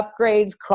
upgrades